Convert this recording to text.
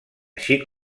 així